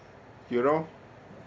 you know